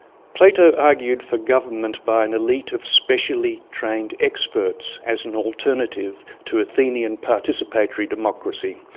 plato argued for government by an elite of specially trained experts as an alternative to athenian participatory democracy.